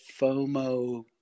FOMO